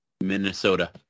Minnesota